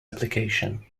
application